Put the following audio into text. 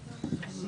הבקשה?